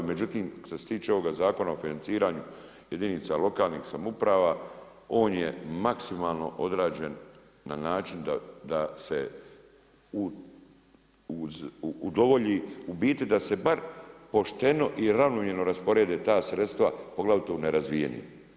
Međutim, što se tiče ovoga Zakona o financiranju jedinica lokalnih samouprava, on je maksimalno odrađen na način da se udovolji, u biti da se bar pošteno i ravnomjerno rasporede ta sredstva poglavito u nerazvijenim.